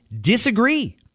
disagree